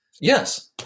Yes